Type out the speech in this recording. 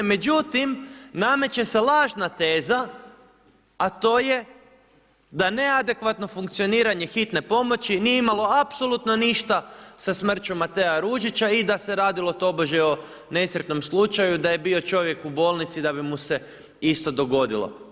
Međutim, nameće se lažna teza a to je da ne adekvatno funkcioniranje hitne pomoći nije imalo apsolutno ništa sa smrću Matea Ružića i da se radilo tobože o nesretnom slučaju da je bio čovjek u bolnici da bi mu se isto dogodilo.